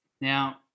Now